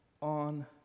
on